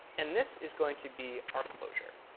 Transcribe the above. and this is going to be our closure.